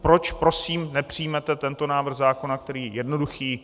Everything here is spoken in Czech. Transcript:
Proč prosím nepřijmete tento návrh zákona, který je jednoduchý?